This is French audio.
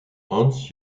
hans